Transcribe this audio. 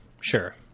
sure